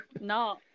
No